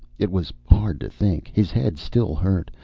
it was hard to think. his head still hurt.